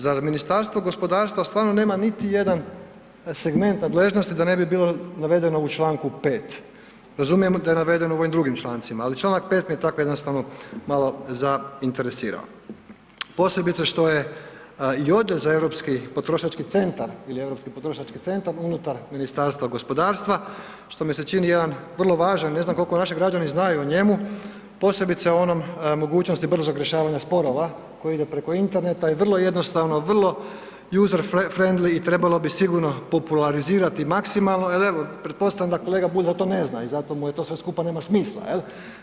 Zar Ministarstvo gospodarstva stvarno nema niti jedan segment nadležnosti da ne bi bilo navedeno u čl. 5. Razumijem da je navedeno u ovim drugim člancima, ali čl. 5. me je tako jednostavno malo zainteresirao, posebice što je i odjel za europski potrošački centar ili Europski potrošački centar unutar Ministarstva gospodarstva što mi se čini jedan vrlo važan, ne znam koliko naši građani znaju o njemu, posebice o onom mogućnosti brzog rješavanja sporova koji ide preko Interneta i vrlo jednostavno, vrlo usef frindly i trebali bi sigurno popularizirati maksimalno jel evo pretpostavljam da kolega Bulj to ne zna i zato mu sve to skupa nema smisla jel.